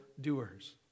doers